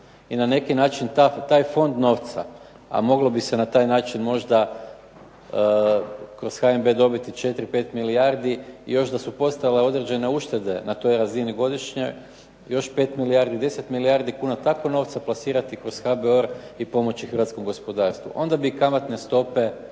i na neki način taj fond novca a moglo bi se na taj način možda kroz HNB dobiti 4, 5 milijardi i još da su postojale određene uštede na toj razini godišnje još 5 milijardi, 10 milijardi kuna takvog novca plasirati kroz HBOR i pomoći hrvatskom gospodarstvu. Onda bi i kamatne stope